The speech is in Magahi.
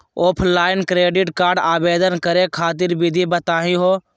ऑफलाइन क्रेडिट कार्ड आवेदन करे खातिर विधि बताही हो?